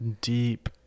deep